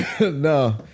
No